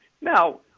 Now